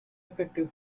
effective